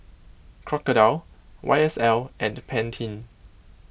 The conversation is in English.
Crocodile Y S L and Pantene